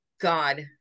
God